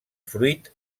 fruit